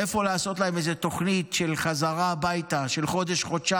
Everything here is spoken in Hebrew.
איפה לעשות להם איזו תוכנית של חזרה הביתה של חודש-חודשיים,